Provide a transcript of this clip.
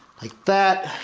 like that,